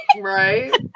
Right